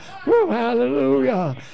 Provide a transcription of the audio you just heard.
hallelujah